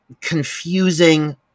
confusing